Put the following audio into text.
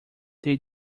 they